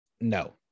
no